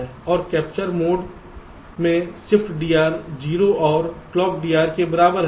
और capture mode में ShiftDR 0 और ClockDR के बराबर है